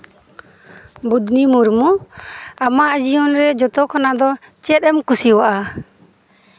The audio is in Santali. ᱵᱩᱫᱽᱱᱤ ᱢᱩᱨᱢᱩ ᱟᱢᱟᱜ ᱡᱤᱭᱚᱱᱨᱮ ᱡᱚᱛᱚ ᱠᱷᱚᱱᱟᱜ ᱫᱚ ᱪᱮᱫ ᱮᱢ ᱠᱩᱥᱤᱭᱟᱜᱼᱟ